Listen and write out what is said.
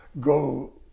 go